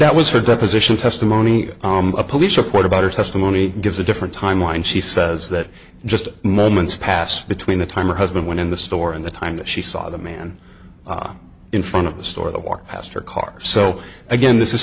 that was her deposition testimony a police report about her testimony gives a different timeline she says that just moments passed between the time a husband went in the store and the time that she saw the man in front of the store the walk past her car so again this is